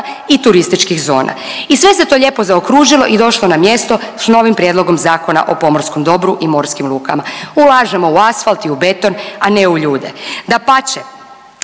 i turističkih zona. I sve se to lijepo zaokružilo i došlo na mjesto s novim prijedlogom Zakona o pomorskom dobru i morskim lukama. Ulažemo u asfalt i u beton, a ne u ljude. Dapače,